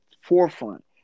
forefront